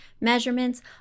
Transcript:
measurements